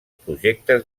projectes